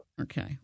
Okay